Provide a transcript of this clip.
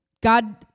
god